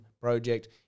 project